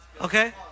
okay